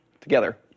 together